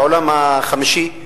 בעולם החמישי.